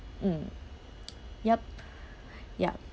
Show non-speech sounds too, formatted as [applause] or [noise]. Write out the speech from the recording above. mm yup [noise] ya